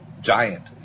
giant